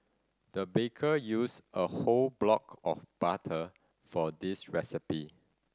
the baker used a whole block of butter for this recipe